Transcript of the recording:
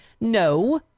No